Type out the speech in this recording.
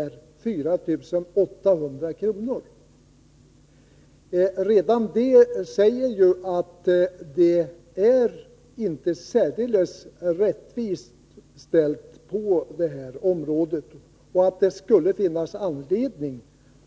Redan detta visar att det inte är särdeles rättvist ställt på det här området och att det skulle finnas anledning